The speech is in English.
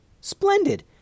Splendid